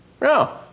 No